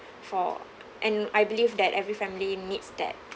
for and I believe that every family needs that